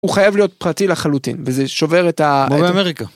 הוא חייב להיות פרטי לחלוטין וזה שובר את ה... כמו באמריקה.